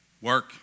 work